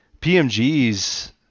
PMGs